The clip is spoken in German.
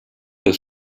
des